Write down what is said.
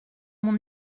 mon